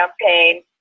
campaign